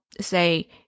say